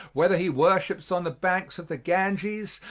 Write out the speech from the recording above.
whether he worships on the banks of the ganges,